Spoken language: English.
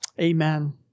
Amen